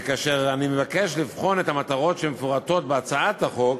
וכאשר אני מבקש לבחון את המטרות שמפורטות בהצעת החוק,